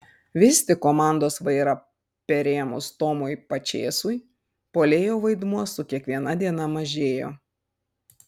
vis tik komandos vairą perėmus tomui pačėsui puolėjo vaidmuo su kiekviena diena mažėjo